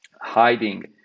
hiding